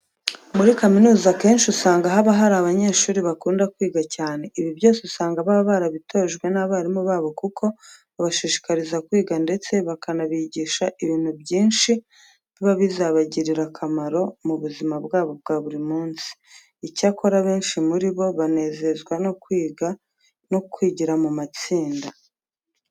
Muri kaminuza akenshi usanga haba hari abanyeshuri bakunda kwiga cyane. Ibi byose usanga baba barabitojwe n'abarimu babo kuko babashishikariza kwiga ndetse bakanabigisha ibintu byinshi biba bizabagirira akamaro mu buzima bwabo bwa buri munsi. Icyakora benshi muri bo banezezwa no kwigira mu matsinda.